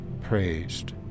praised